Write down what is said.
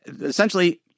essentially